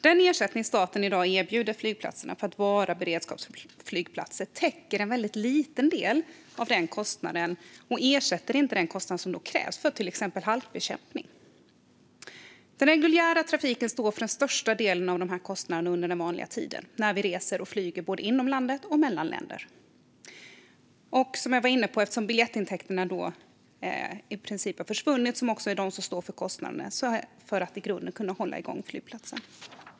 Den ersättning staten i dag erbjuder flygplatser för att vara beredskapsflygplatser täcker en liten del av kostnaden och ersätter inte den kostnad som krävs för till exempel halkbekämpning. Den reguljära trafiken står för den största delen av kostnaderna under vanliga tider när vi reser och flyger inom landet och mellan länder. Eftersom biljettintäkterna står för kostnaderna har i princip grunden för att hålla igång flygplatsen försvunnit.